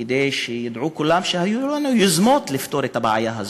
כדי שידעו כולם שהיו לנו יוזמות לפתור את הבעיה הזאת,